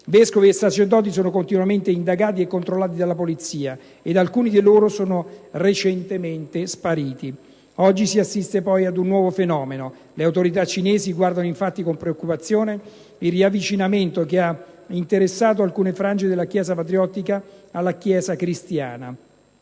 Vescovi e sacerdoti sono continuamente indagati e controllati dalla polizia ed alcuni di loro sono recentemente spariti. Oggi si assiste poi ad un nuovo fenomeno. Le autorità cinesi, infatti, guardano con preoccupazione il riavvicinamento che ha interessato alcune frange della Chiesa patriottica alla Chiesa cristiana.